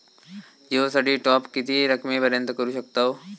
जिओ साठी टॉप किती रकमेपर्यंत करू शकतव?